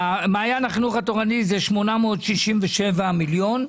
מעיין החינוך התורני זה 867 מיליון,